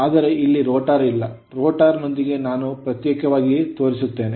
ಆದರೆ ಇಲ್ಲಿ rotor ಇಲ್ಲ rotor ನೊಂದಿಗೆ ನಾನು ಪ್ರತ್ಯೇಕವಾಗಿ ತೋರಿಸುತ್ತೇನೆ